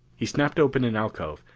he snapped open an alcove,